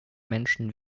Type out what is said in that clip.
menschen